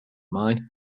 mine